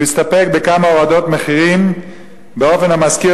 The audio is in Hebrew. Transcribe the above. הוא הסתפק בכמה הורדות מחירים באופן המזכיר